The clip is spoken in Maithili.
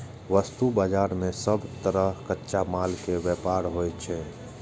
वस्तु बाजार मे सब तरहक कच्चा माल के व्यापार होइ छै